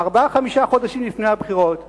ארבעה, חמישה חודשים לפני הבחירות ביקשו,